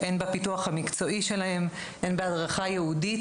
הן בפיתוח המקצועי שלהם והן בהדרכה ייעודית.